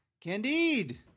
Candide